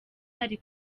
hari